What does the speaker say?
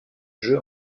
jeu